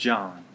John